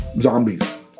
Zombies